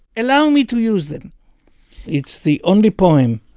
allow me to use them it's the only poem,